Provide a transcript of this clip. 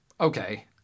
okay